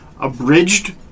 Abridged